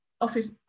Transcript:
office